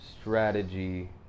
strategy